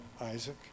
Isaac